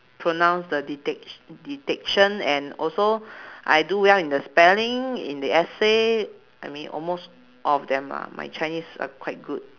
pronounce the dictatio~ dictation and also I do well in the spelling in the essay I mean almost all of them lah my chinese are quite good